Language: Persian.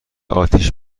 اتیش